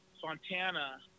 Fontana